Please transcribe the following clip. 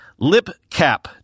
lipcap